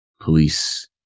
police